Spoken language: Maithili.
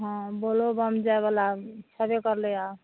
हँ बोलोबम जाइ बला आब छबे करलै आब